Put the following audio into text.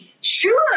sure